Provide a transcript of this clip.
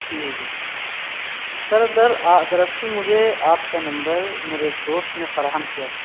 جی جی ٹھیک سر در اصل مجھے آپ کا نمبر میرے ایک دوست نے فراہم کیا تھا